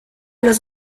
los